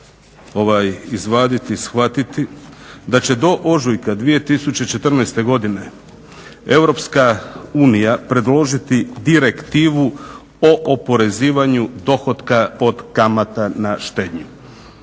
izvaditi, shvatiti, da će do ožujka 2014. godine Europska unija predložiti direktivu o oporezivanju dohotka od kamata na štednju.